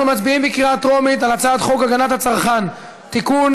אנחנו מצביעים בקריאה טרומית על הצעת חוק הגנת הצרכן (תיקון,